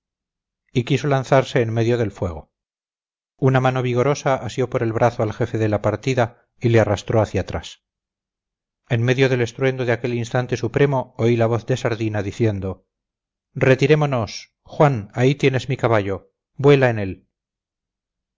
y quiso lanzarse en medio del fuego una mano vigorosa asió por el brazo al jefe de la partida y le arrastró hacia atrás en medio del estruendo de aquel instante supremo oí la voz de sardina diciendo retirémonos juan ahí tienes mi caballo vuela en él